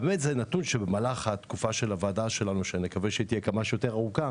אני מקווה שהוועדה שלנו תהיה כמה שיותר ארוכה,